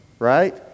right